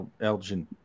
Elgin